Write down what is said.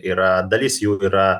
yra dalis jų yra